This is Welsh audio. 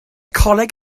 coleg